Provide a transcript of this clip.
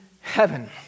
heaven